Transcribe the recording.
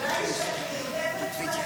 העובדה היא שאני נרדמת בלילה,